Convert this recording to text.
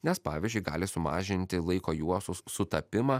nes pavyzdžiui gali sumažinti laiko juostos sutapimą